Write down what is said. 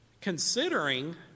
considering